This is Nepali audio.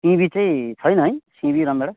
सिमी चाहिँ छैन है सिमी रमभेँडा